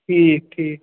ٹھیٖک ٹھیٖک